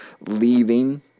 leaving